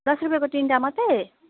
दस रुपियाँको तिनवटा मात्रै